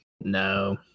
No